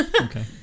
Okay